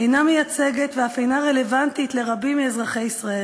אינה מייצגת ואף אינה רלוונטית לרבים מאזרחי ישראל.